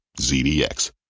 ZDX